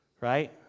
Right